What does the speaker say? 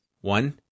One